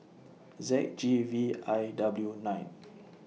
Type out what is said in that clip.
Z G V I W nine